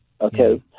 okay